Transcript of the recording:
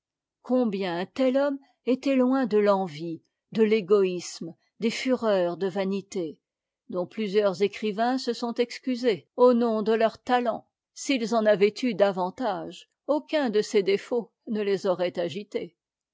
combien un têt homme était loin de l'envie de l'égoïsmë des fureurs de vanité dont plusieurs écrivains se sont excusés au nom de leurs talents s'ils en avaient eu davantage aucun de ces défauts ne les aurait agités